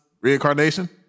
Reincarnation